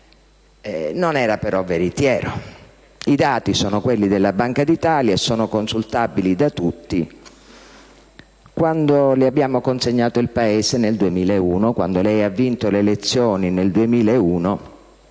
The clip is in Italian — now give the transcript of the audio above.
non era però veritiero; i dati sono quelli della Banca d'Italia e sono consultabili da tutti: quando le abbiamo consegnato il Paese nel 2001, quando lei ha vinto le elezioni in